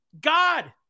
God